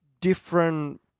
different